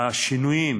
השינויים